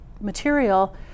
material